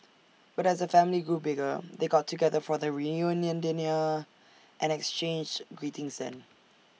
but as the family grew bigger they got together for the reunion dinner and exchanged greetings then